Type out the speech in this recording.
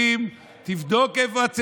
בסופו של דבר,